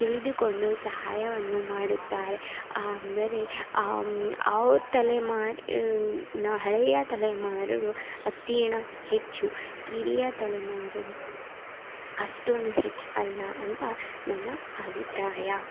ತಿಳಿದುಕೊಂಡು ಸಹಾಯವನ್ನು ಮಾಡುತ್ತಾರೆ ಅಂದರೆ ಅವ್ರ ತಲೆಮಾರಿನ ಹಳೆಯ ತಲೆಮಾರು ಅತೀಣ ಹೆಚ್ಚು ಕಿರಿಯ ತಲೆಮಾರು ಅಷ್ಟೊಂದು ಹೆಚ್ಚು ಅಲ್ಲ ಅಂತ ನನ್ನ ಅಭಿಪ್ರಾಯ